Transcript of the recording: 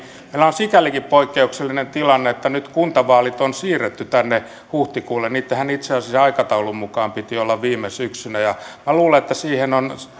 meillä on sikälikin poikkeuksellinen tilanne että nyt kuntavaalit on siirretty tänne huhtikuulle niittenhän itse asiassa aikataulun mukaan piti olla viime syksynä minä luulen että siihen on